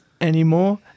anymore